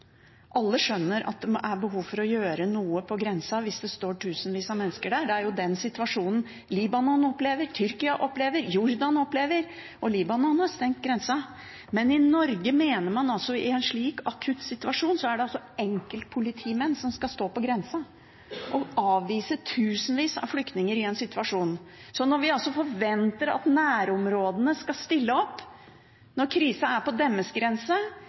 Alle skjønner at det er behov for å gjøre noe på grensa hvis det står tusenvis av mennesker der. Det er jo den situasjonen Libanon opplever, Tyrkia opplever, Jordan opplever – og Libanon har stengt grensa. Men i Norge mener man altså at det i en slik akutt situasjon er enkeltpolitimenn som skal stå på grensa og avvise tusenvis av flyktninger. Når vi altså forventer at nærområdene skal stille opp når krisa er på